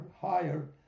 higher